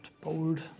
bold